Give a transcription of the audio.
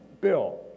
Bill